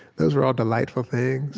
those were all delightful things